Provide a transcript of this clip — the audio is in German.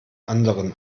anderen